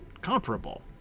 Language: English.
comparable